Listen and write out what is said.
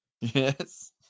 Yes